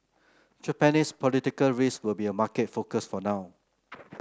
Japanese political risk will be a market focus for now